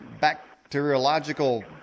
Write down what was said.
bacteriological